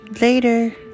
Later